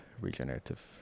regenerative